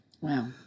Wow